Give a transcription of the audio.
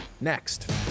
next